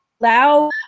allow